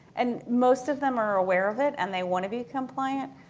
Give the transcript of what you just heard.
and most of them are aware of it and they want to be compliant.